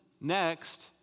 Next